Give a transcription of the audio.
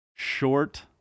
short